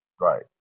Right